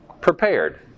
Prepared